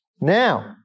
Now